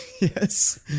Yes